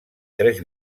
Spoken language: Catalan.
tres